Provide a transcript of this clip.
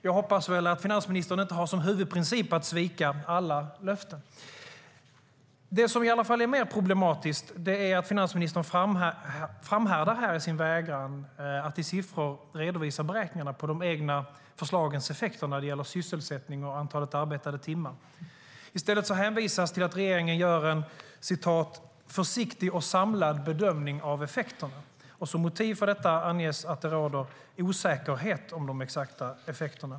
Jag hoppas att finansministern inte har som huvudprincip att svika alla löften. Det som är mer problematiskt är att finansministern framhärdar i sin vägran att i siffror redovisa beräkningarna på de egna förslagens effekter när det gäller sysselsättning och antal arbetade timmar. I stället hänvisas det till att regeringen gör en "försiktig och samlad bedömning" av effekterna. Som motiv för detta anges att det råder osäkerhet om de exakta effekterna.